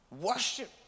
worship